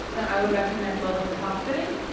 then i would recommend lowest cost bidding.